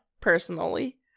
personally